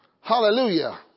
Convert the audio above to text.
Hallelujah